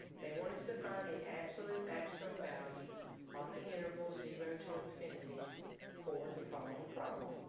they want us to find the absolute maximum value on the interval zero to infinity for the following problem.